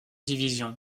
division